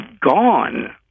gone